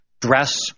dress